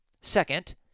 Second